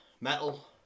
metal